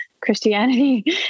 Christianity